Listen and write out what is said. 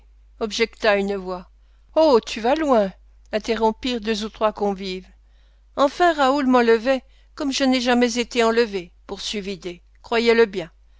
objecta une voix oh oh tu vas loin interrompirent deux ou trois convives enfin raoul m'enlevait comme je n'ai jamais été enlevé poursuivit d croyez-le bien